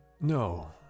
No